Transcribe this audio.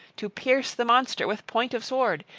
to pierce the monster with point of sword,